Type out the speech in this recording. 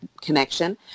connection